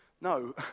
no